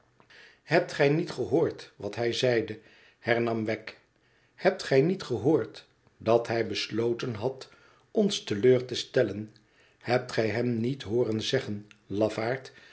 hebt gij niet gehoord wat hij zeide hernam wegg hebt gij niet gehoord dat hij besloten had ons te leur te stellen hebt gij hem niet hooren zeggen lafaard